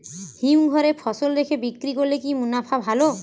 হিমঘরে ফসল রেখে বিক্রি করলে কি মুনাফা ভালো?